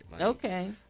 Okay